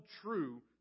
true